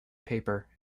paper